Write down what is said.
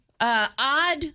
odd